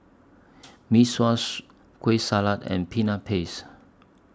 Mee Sua's Kueh Salat and Peanut Paste